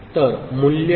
तर मूल्य 0 आहे